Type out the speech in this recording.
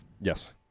Yes